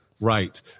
Right